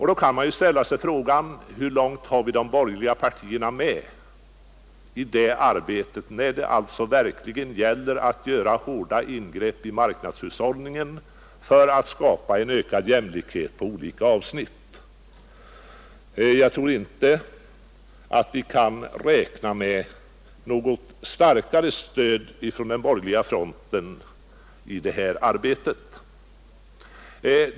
Då kan man ställa sig frågan: Hur långt har vi de borgerliga partierna med i det arbetet, alltså när det verkligen gäller att göra hårda ingrepp i marknadshushållningen för att skapa en ökad jämlikhet på olika avsnitt? Jag tror inte att vi kan räkna med något starkare stöd från den borgerliga fronten i det arbetet.